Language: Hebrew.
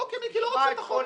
אוקיי, מיקי לא רוצה את החוק.